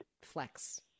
flex